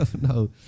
no